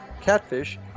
catfish